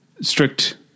strict